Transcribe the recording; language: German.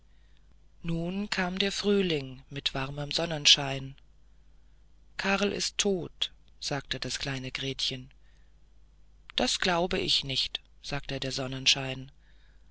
nun kam der frühling mit warmem sonnenschein karl ist tot sagte das kleine gretchen das glaube ich nicht sagte der sonnenschein